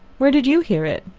where did you hear it?